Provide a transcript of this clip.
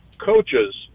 coaches